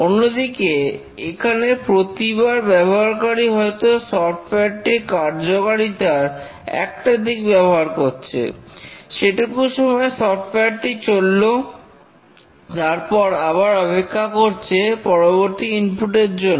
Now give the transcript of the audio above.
অন্যদিকে এখানে প্রতিবার ব্যবহারকারী হয়তো সফটওয়্যার টির কার্যকারিতার একটা দিক ব্যবহার করছে সেটুকু সময় সফটওয়্যারটি চলল তারপর আবার অপেক্ষা করছে পরবর্তী ইনপুট এর জন্য